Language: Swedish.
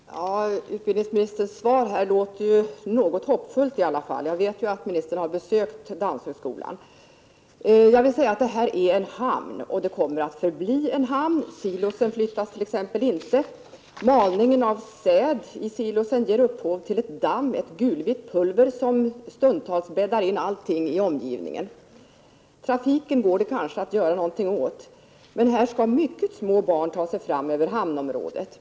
Herr talman! Utbildningsministerns svar låter ju hoppfullt. Jag vet att ministern har besökt Danshögskolan. Jag vill bara än en gång beträffande miljön säga att frihamnen är en hamn och kommer att förbli en hamn. Silorna flyttas inte. Malningen av säd i silorna ger upphov till ett damm, ett gulvitt pulver som stundtals bäddar in allt i omgivningen. Trafiken går det kanske att göra något åt. Men här skall också mycket små barn ta sig fram över hamnområdet.